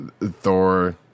Thor